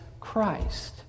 Christ